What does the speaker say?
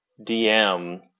DM